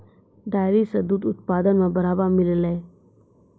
dairy सें दूध उत्पादन म बढ़ावा मिललय